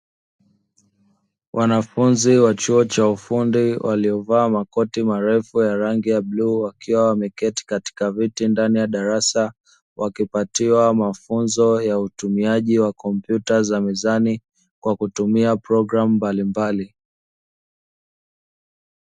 Wanafunzi wa chuo cha ufundi waliovaa makoti marefu ya rangi ya bluu wakiwa wameketi katika viti ndani ya darasa wakipatiwa mafunzo ya utumiaji wa kompyuta za mezani kwa kutumia programu mbalimbali.